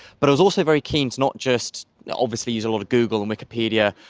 but i was also very keen to not just obviously use a lot of google and wikipedia,